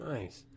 Nice